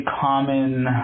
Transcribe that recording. common